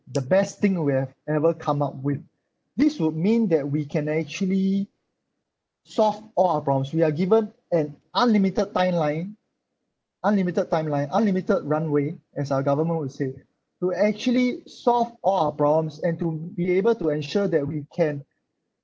the best thing we have ever come up with this would mean that we can actually solve all our problems we are given an unlimited timeline unlimited timeline unlimited runway as our government would say to actually solve all our problems and to be able to ensure that we can